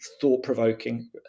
thought-provoking